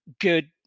good